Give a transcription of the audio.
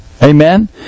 Amen